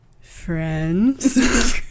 friends